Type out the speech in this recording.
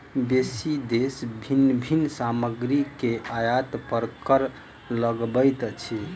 बेसी देश विभिन्न सामग्री के आयात पर कर लगबैत अछि